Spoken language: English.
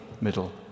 Middle